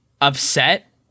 upset